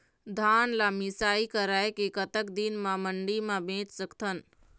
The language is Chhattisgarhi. धान ला मिसाई कराए के कतक दिन बाद मा मंडी मा बेच सकथन?